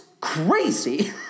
crazy